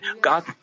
God